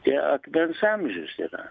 čia akmens amžius yra